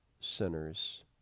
sinners